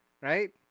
Right